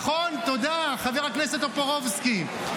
נכון, תודה, חבר הכנסת טופורובסקי.